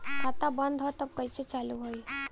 खाता बंद ह तब कईसे चालू होई?